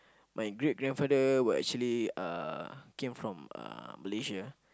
my great grandfather were actually uh came from uh Malaysia